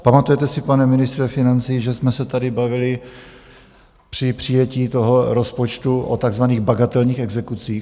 Pamatujete si, pane ministře financí, že jsme se tady bavili při přijetí toho rozpočtu o takzvaných bagatelních exekucích?